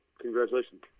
Congratulations